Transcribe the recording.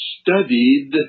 studied